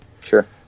Sure